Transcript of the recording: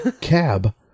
cab